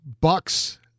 bucks